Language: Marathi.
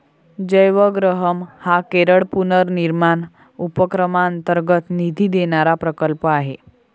जयवग्रहम हा केरळ पुनर्निर्माण उपक्रमांतर्गत निधी देणारा प्रकल्प आहे